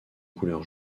couleur